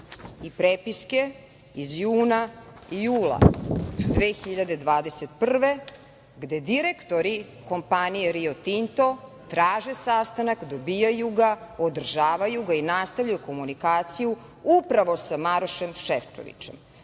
i prepiske iz juna i jula 2021. godine, gde direktori kompanije „Rio Tinto“ traže sastanak, dobijaju ga, održavaju ga i nastavljaju komunikaciju upravo sa Marošem Šefčovičem.